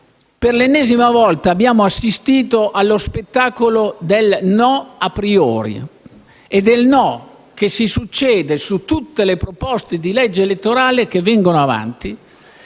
per l'ennesima volta abbiamo assistito allo spettacolo del no *a priori* e del no che si succede su tutte le proposte di legge elettorale che vengono avanti,